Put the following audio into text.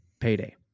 payday